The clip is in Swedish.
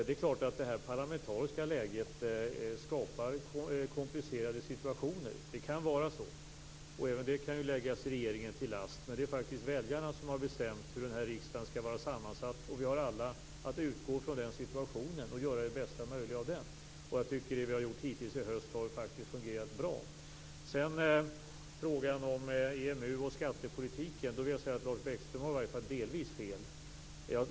Det är klart att det nuvarande parlamentariska läget skapar komplicerade situationer. Det kan vara så. Även det kan läggas regeringen till last, men det är faktiskt väljarna som har bestämt hur riksdagen skall vara sammansatt, och vi har alla att utgå från den situationen och göra bästa möjliga av den. Jag tycker att det vi har gjort hittills i höst har fungerat bra. Som svar på frågan om EMU och skattepolitiken vill jag säga att Lars Bäckström har delvis fel.